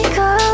go